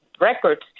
records